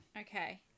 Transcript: Okay